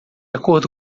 acordo